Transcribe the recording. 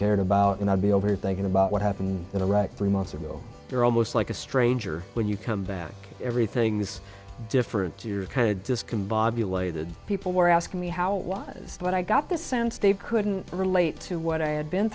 cared about and i'd be over thinking about what happened in iraq three months ago you're almost like a stranger when you come back everything is different to your kind of discombobulated people were asking me how it was but i got this sense dave couldn't relate to what i had been